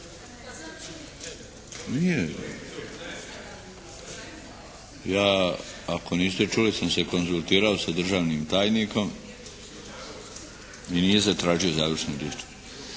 Ja, ako niste čuli sam se konzultirao sa državnim tajnikom i nije zatražio završnu riječ.